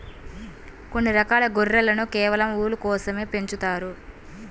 కొన్ని రకాల గొర్రెలను కేవలం ఊలు కోసమే పెంచుతారు